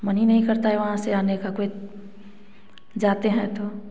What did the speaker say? मन ही नहीं करता है वहाँ से आने का कोई जाते हैं तो